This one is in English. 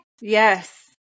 Yes